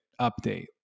update